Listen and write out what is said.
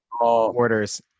orders